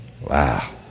Wow